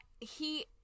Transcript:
he-